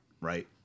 right